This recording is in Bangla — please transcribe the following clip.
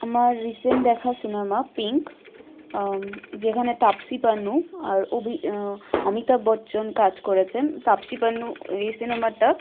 আমার রিসেন্ট দেখা সিনেমা পিঙ্ক যেখানে তাপসী পান্নু আর অমিতাভ বচ্চন কাজ করেছেন তাপসী পান্নু এই সিনেমাটা